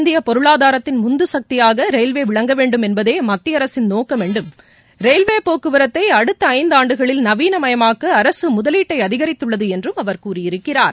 இந்திய பொருளாதாரத்தின் உந்துசக்தியாக ரயில்வே விளங்கவேண்டும் என்பதே மத்திய அரசின் நோக்கம் என்றும் ரயில்வே போக்குவரத்தை அடுத்த ஐந்து ஆண்டுகளில் நவீன மயமாக்க அரசு முதலீட்டை அதிகரித்துள்ளது என்றும் அவர் கூறியிருக்கிறார்